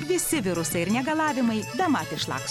visi virusai ir negalavimai bemat išlaksto